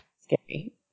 scary